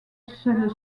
celle